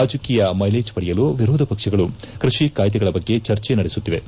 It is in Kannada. ರಾಜಕೀಯ ಮೈಲೇಜ್ ಪಡೆಯಲು ವಿರೋಧ ಪಕ್ಷಗಳು ಕೃಷಿ ಕಾಯ್ದೆಗಳ ಬಗ್ಗೆ ಚರ್ಚೆ ನಡೆಸುತ್ತಿವೆ